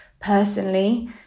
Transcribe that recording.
personally